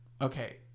okay